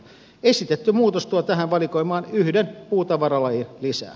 esitetty muutos tuo tähän valikoimaan yhden puutavaralajin lisää